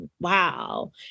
wow